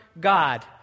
God